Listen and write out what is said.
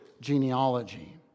genealogy